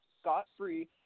scot-free